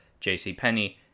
JCPenney